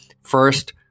First